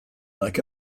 like